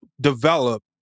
develop